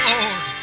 Lord